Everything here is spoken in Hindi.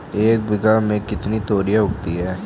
एक बीघा में कितनी तोरियां उगती हैं?